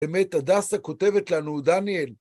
אמת הדסה כותבת לנו, דניאל.